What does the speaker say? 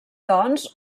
doncs